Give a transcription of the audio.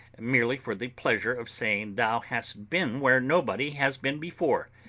merely for the pleasure of saying thou hast been where nobody has been before?